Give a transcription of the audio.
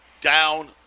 down